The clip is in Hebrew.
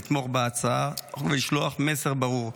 לתמוך בהצעת החוק ולשלוח מסר ברור: